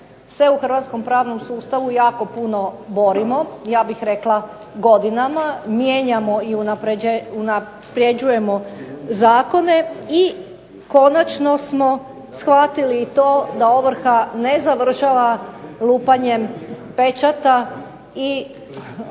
se u hrvatskom pravnom sustavu jako puno borimo, ja bih rekla godinama. Mijenjamo i unapređujemo zakone i konačno smo shvatili i to da ovrha ne završava lupanjem pečata i